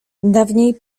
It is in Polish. dawniej